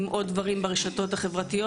עם עוד דברים ברשתות החברתיות.